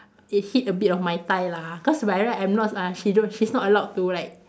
it hit a bit of my thigh lah cause by right I'm not uh she don't she's not allowed to like